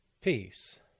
Peace